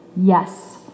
Yes